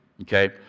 Okay